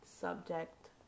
subject